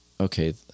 okay